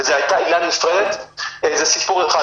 וזו היתה עילה נפרדת זה סיפור אחד.